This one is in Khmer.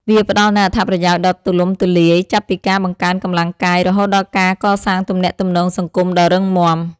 វាផ្ដល់នូវអត្ថប្រយោជន៍ដ៏ទូលំទូលាយ ចាប់ពីការបង្កើនកម្លាំងកាយ រហូតដល់ការកសាងទំនាក់ទំនងសង្គមដ៏រឹងមាំ។